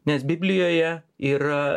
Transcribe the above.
nes biblijoje yra